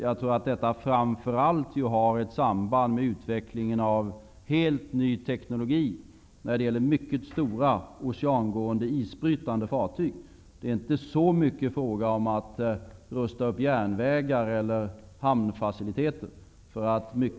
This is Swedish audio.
Jag tror att detta framför allt har ett samband med utvecklingen av helt ny teknologi när det gäller mycket stora oceangående isbrytande fartyg. Det är inte så mycket fråga om att upprusta järnvägar eller hamnfaciliteter.